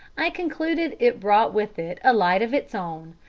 i concluded it brought with it a light of its own,